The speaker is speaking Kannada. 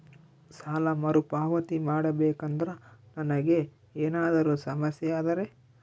ಸಾಲ ಮರುಪಾವತಿ ಮಾಡಬೇಕಂದ್ರ ನನಗೆ ಏನಾದರೂ ಸಮಸ್ಯೆ ಆದರೆ?